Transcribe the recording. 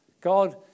God